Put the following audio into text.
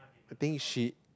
I think she